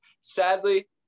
sadly